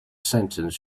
sentence